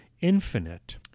infinite